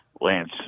Lance